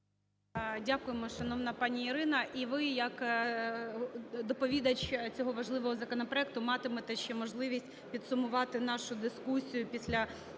Дякуємо, шановна пані Ірина. І ви як доповідач цього важливого законопроекту матимете ще можливість підсумувати нашу дискусію після